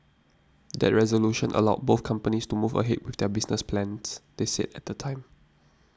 that resolution allowed both companies to move ahead with their business plans they said at the time